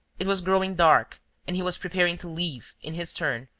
it was growing dark and he was preparing to leave, in his turn,